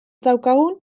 daukagun